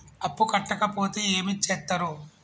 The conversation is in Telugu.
అప్పు కట్టకపోతే ఏమి చేత్తరు?